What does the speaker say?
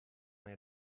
eine